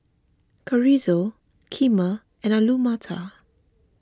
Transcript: Chorizo Kheema and Alu Matar